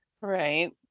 right